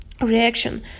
reaction